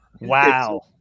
wow